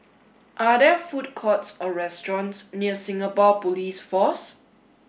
are there food courts or restaurants near Singapore Police Force